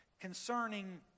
concerning